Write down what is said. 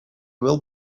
will